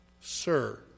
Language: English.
Sir